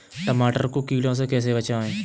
टमाटर को कीड़ों से कैसे बचाएँ?